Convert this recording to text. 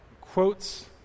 quotes